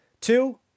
Two